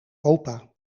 opa